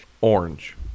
Orange